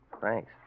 Thanks